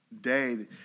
day